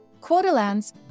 Quarterlands